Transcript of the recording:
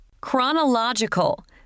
Chronological